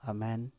Amen